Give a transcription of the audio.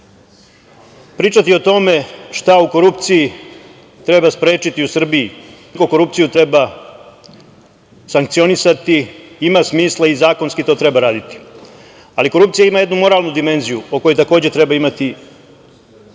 elita. Pričati o tome šta u korupciji treba sprečiti u Srbiji i koliko korupciju treba sankcionisati ima smisla i zakonski to treba raditi. Ali, korupcija ima jednu moralnu dimenziju, o kojoj takođe treba imati